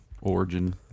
origin